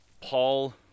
Paul